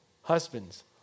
husbands